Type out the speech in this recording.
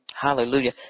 Hallelujah